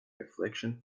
reflection